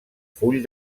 full